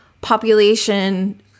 population